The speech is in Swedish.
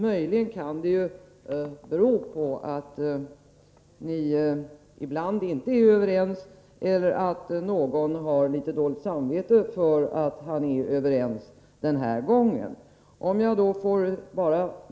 Möjligen kan orsaken vara att ni ibland inte är överens eller att någon har litet dåligt samvete för att han är överens med de andra den här gången.